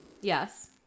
Yes